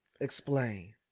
Explain